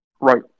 Right